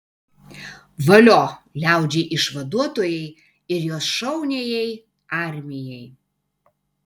valio liaudžiai išvaduotojai ir jos šauniajai armijai